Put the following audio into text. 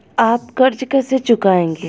आप कर्ज कैसे चुकाएंगे?